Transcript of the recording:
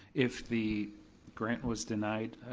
if the grant was denied,